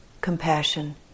compassion